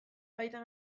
baita